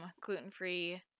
gluten-free